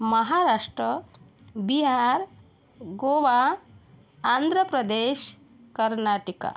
Maharashtra Bihar Goa Andhra Pradesh Karnataka